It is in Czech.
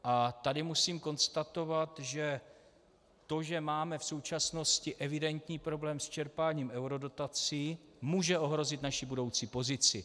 A tady musím konstatovat, že to, že máme v současnosti evidentní problém s čerpáním eurodotací, může ohrozit naši budoucí pozici.